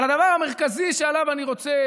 אבל הדבר המרכזי שעליו אני רוצה